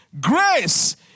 Grace